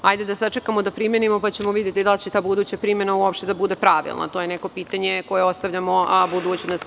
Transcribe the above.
Hajde da sačekamo da primenimo, pa ćemo da vidimo da li će ta buduća primena uopšte da bude pravilna, to je neko pitanje koje ostavljamo budućnosti.